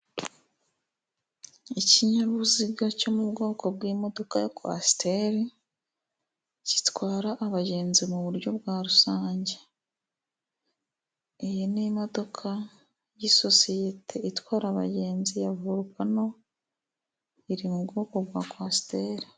Ikinyabiziga cyo mubwoko bw'imodoka ya Kwasiteri itwara abagenzi muburyo rusange, iyi ni imodoka y'isosiyete itwara abagenzi ya Volucano iri mubwoko bwa Kwasiteri.